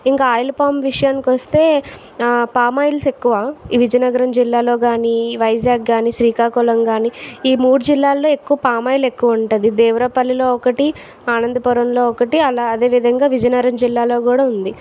ఇంకా oil pump విషయానికి వస్తే పామాయిల్స్ ఎక్కువ ఈ విజయనగరం జిల్లాలో గాని వైజాగ్ గాని శ్రీకాకుళం గాని ఈ మూడు జిల్లాల్లో ఎక్కువ పామాయిల్ ఎక్కువ ఉంటుంది దేవరపల్లిలో ఒకటి ఆనందపురంలో ఒకటి అలా అదే విధంగా విజయనగరం జిల్లాలో కూడా ఉంది